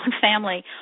family